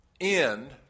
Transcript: end